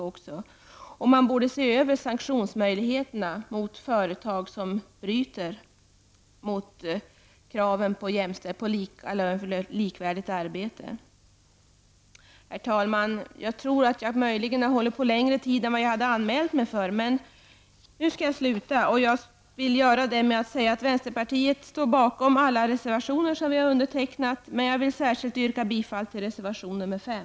Där borde man se över möjligheterna till sanktion mot företag som inte uppfyller kraven på likvärdigt arbete. Herr talman! Jag har möjligen hållit på längre tid än vad jag hade anmält, men jag vill avsluta med att säga att vi i vänsterpartiet står bakom alla reservationer som vi har undertecknat. Särskilt vill jag yrka bifall till reservation 5.